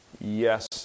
Yes